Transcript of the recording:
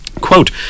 Quote